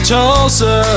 Tulsa